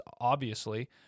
obviously-